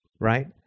Right